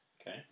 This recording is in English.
Okay